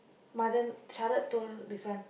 Mathan Sharath told this one